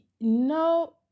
no